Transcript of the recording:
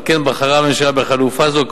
על כן בחרה הממשלה בחלופה זו,